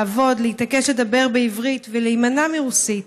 לעבוד, להתעקש לדבר בעברית ולהימנע מרוסית.